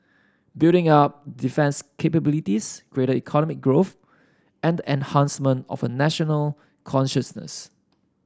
building up defence capabilities greater economic growth and the enhancement of a national consciousness